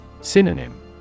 Synonym